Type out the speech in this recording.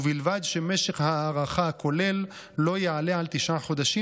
ובלבד שמשך ההארכה הכולל לא יעלה על תשעה חודשים,